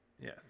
Yes